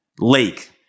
lake